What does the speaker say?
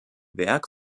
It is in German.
werk